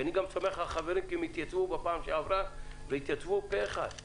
כי אני גם סומך על החברים כי הם התייצבו בפעם שעברה והתייצבו פה-אחד.